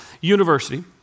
university